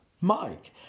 Mike